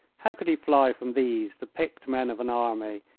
how could he fly from these, the picked men of an army?